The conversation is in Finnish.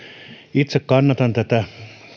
itse kannatan tätä